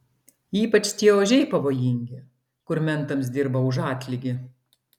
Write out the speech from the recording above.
ypač tie ožiai pavojingi kur mentams dirba už atlygį